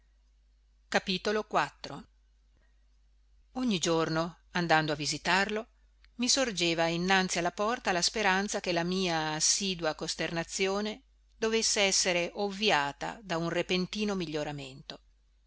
dellaltro giardino ogni giorno andando a visitarlo mi sorgeva innanzi alla porta la speranza che la mia assidua costernazione dovesse essere ovviata da un repentino miglioramento